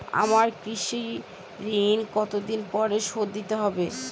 আমার কৃষিঋণ কতদিন পরে শোধ দিতে হবে?